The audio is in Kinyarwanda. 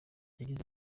yagize